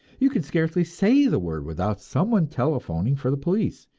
you can scarcely say the word without someone telephoning for the police.